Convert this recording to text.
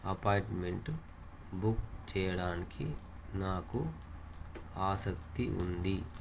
appointment book చేయడానికి నాకు ఆసక్తి ఉంది